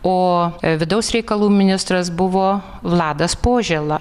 o vidaus reikalų ministras buvo vladas požėla